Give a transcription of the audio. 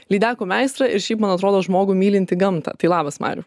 lydekų meistrą ir šiaip man atrodo žmogų mylintį gamtą tai labas mariau